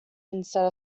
instead